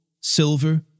silver